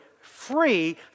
free